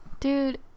dude